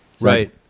Right